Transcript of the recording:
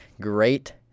great